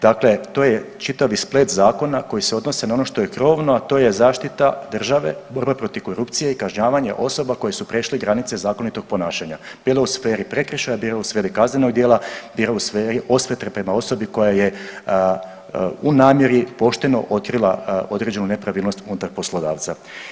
Dakle, to je čitavi splet zakona koji se odnose na ono što je krovno, a to je zaštita države, borbe protiv korupcije i kažnjavanje osoba koje su prešle granice zakonitog ponašanja bilo u sferi prekršaja, bilo u sferi kaznenog dijela, bilo u sferi osvete prema osobi koja je u namjeri pošteno otkrila određenu nepravilnost unutar poslodavca.